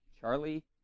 Charlie